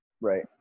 Right